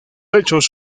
hechos